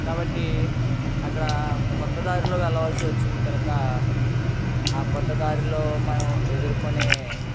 కాబట్టి అక్కడ కొత్త దారిలో వెళ్ళవలసి వచ్చింది కనుక ఆ కొత్త దారిలో మనం ఎదుర్కొనే